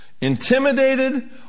intimidated